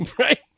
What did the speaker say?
right